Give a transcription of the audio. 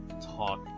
talk